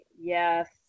Yes